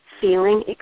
feeling